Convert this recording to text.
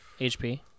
HP